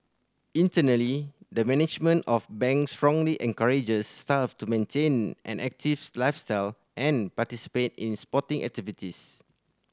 internally the management of Bank strongly encourages staff to maintain an active lifestyle and participate in sporting activities